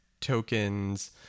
tokens